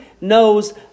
knows